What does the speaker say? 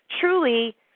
truly